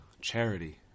Charity